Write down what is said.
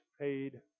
paid